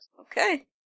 Okay